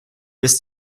bis